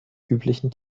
üblichen